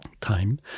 time